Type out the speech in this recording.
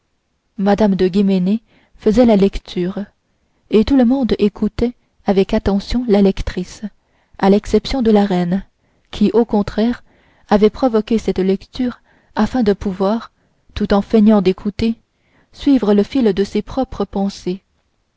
mme de guéménée faisait la lecture et tout le monde écoutait avec attention la lectrice à l'exception de la reine qui au contraire avait provoqué cette lecture afin de pouvoir tout en feignant d'écouter suivre le fil de ses propres pensées